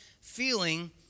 feeling